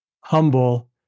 humble